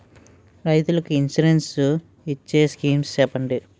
రైతులు కి ఇన్సురెన్స్ ఇచ్చే స్కీమ్స్ చెప్పండి?